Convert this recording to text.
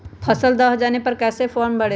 फसल दह जाने पर कैसे फॉर्म भरे?